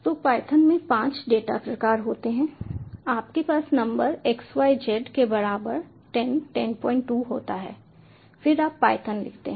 तो पायथन में पांच डेटा प्रकार होते हैं आपके पास नंबर x y z के बराबर 10 102 होता है फिर आप पायथन लिखते हैं